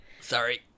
Sorry